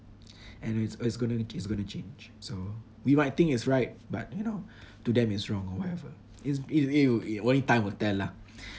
and it's it's gonna it's gonna change so we might think it's right but you know to them it's wrong or whatever it's it will only time will tell lah